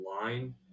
line